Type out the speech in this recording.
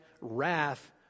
wrath